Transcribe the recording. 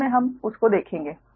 बाद में हम उस को देखेंगे